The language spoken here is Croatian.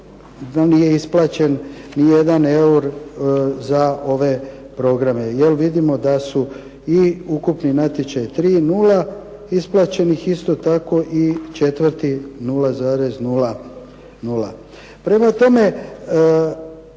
nije isplaćen ni jedan eur za ove programe, jel vidimo da su i ukupni natječaj tri nula, isplaćenih isto tako i četvrti 0,00. Prema tome,